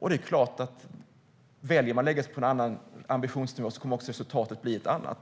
Det är klart att om man väljer att lägga sig på en annan ambitionsnivå kommer också resultatet att bli ett annat.